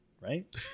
Right